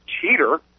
cheater